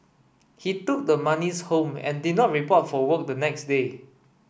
he took the monies home and did not report for work the next day